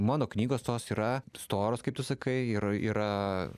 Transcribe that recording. mano knygos tos yra storos kaip tu sakai ir yra